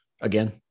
again